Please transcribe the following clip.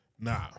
Nah